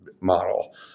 model